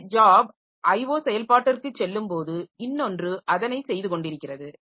ஒரு job IO செயல்பாட்டிற்குச் செல்லும்போது இன்னொன்று அதனை செய்து காெண்டிருக்கிறது